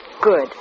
Good